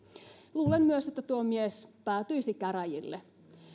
luulen myös että tuo mies päätyisi käräjille